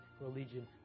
religion